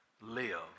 live